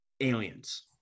aliens